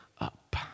up